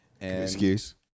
Excuse